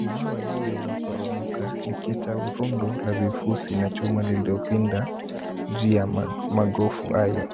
Jengo lililoporomoka likiacha rundo la vifuzi na chuma lililopinda juu ya magofu hayo.